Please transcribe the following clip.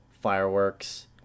fireworks